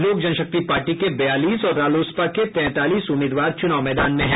लोक जनशक्ति पार्टी के बयालीस और रालोसपा के तैंतालीस उम्मीदवार चुनाव मैदान में हैं